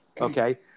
Okay